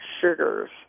sugars